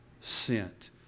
sent